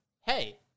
hey